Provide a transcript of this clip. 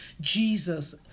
Jesus